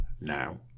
now